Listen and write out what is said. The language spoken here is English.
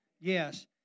Yes